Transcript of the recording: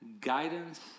guidance